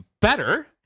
better